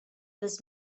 this